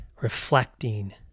reflecting